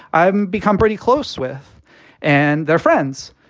i i've become pretty close with and their friends.